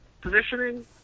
positioning